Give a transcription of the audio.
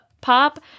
pop